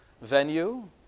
venue